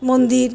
মন্দির